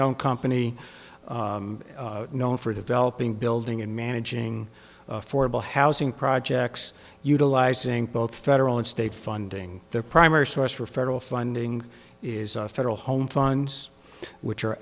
known company known for developing building and managing affordable housing projects utilizing both federal and state funding their primary source for federal funding is federal home funds which are